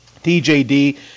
TJD